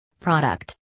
Product